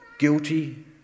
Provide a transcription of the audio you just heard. guilty